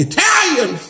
Italian